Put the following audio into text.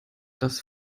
dass